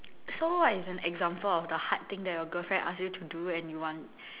so what is an example of the hard thing that your girlfriend ask you to do and you want